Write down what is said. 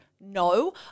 No